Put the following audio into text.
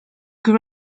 grew